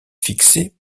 fixées